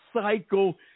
cycle